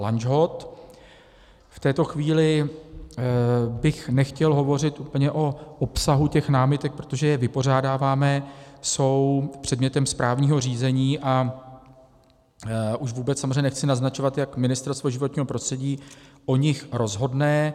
V této chvíli bych nechtěl hovořit úplně o obsahu námitek, protože je vypořádáváme, jsou předmětem správního řízení, a už vůbec samozřejmě nechci naznačovat, jak Ministerstvo životního prostředí o nich rozhodne.